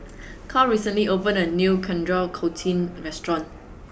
Karl recently opened a new Coriander Chutney restaurant